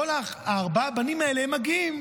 כל ארבעת הבנים האלה מגיעים.